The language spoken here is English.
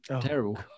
terrible